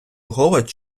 голод